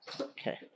Okay